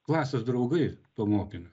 klasės draugai to mokinio